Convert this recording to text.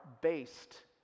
based